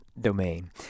domain